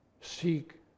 Seek